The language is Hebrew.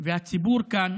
והציבור כאן